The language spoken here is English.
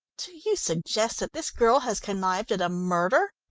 do you suggest that this girl has connived at a murder?